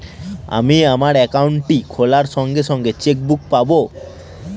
আমি আমার একাউন্টটি খোলার সঙ্গে সঙ্গে চেক বুক পাবো?